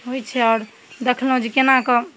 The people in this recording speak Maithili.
होइ छै आओर देखलहुँ जे कोनाकऽ